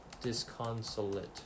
Disconsolate